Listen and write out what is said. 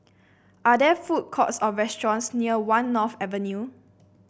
are there food courts or restaurants near One North Avenue